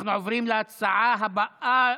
אנחנו עוברים להצעה הבאה,